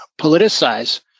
politicize